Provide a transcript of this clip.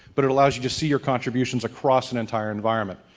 but it allows you to see your contributions across an entire environment.